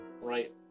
right